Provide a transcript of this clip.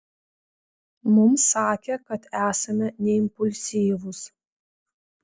mums sakė kad esame neimpulsyvūs